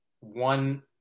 one